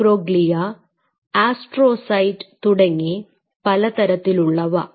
microglia astrocyte തുടങ്ങി പലതരത്തിലുള്ളവ